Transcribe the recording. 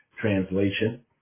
translation